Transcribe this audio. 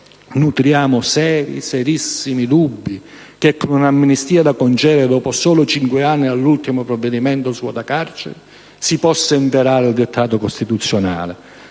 nutriamo serissimi dubbi che con un'amnistia da concedere dopo solo cinque anni dall'ultimo provvedimento svuota-carceri si possa inverare il dettato costituzionale.